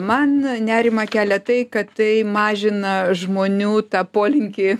man nerimą kelia tai kad tai mažina žmonių tą polinkį